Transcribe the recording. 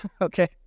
okay